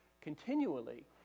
continually